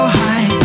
high